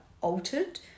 altered